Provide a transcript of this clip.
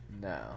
No